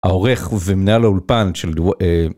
העורך ומנהל האולפן של ...